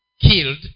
killed